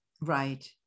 Right